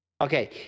Okay